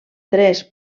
tres